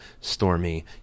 Stormy